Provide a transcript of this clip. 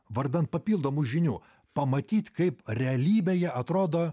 vardan papildomų žinių pamatyt kaip realybėje atrodo